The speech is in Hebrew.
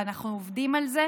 ואנחנו עובדים על זה,